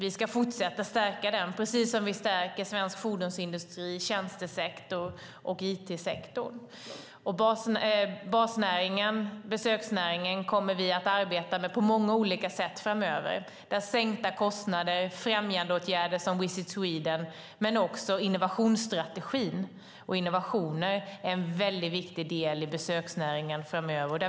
Vi ska fortsätta att stärka den, precis som vi stärker svensk fordonsindustri, tjänstesektorn och it-sektorn. Besöksnäringen kommer vi att arbeta med på många olika sätt framöver. Sänkta kostnader och främjandeåtgärder som Visit Sweden men också innovationsstrategin och innovationer är en väldigt viktig del i besöksnäringen framöver.